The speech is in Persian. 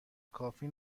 کافی